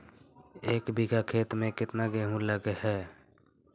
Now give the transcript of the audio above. एक बिघा खेत में केतना गेहूं लग है?